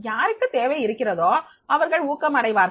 யாருக்கு தேவை இருக்கிறதோ அவர்கள் ஊக்கம் அடைவார்கள்